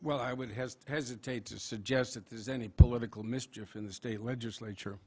well i would has to hesitate to suggest that there's any political mischief in the state legislature